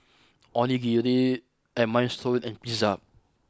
Onigiri and Minestrone and Pizza